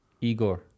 Igor